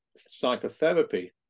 psychotherapy